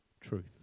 truth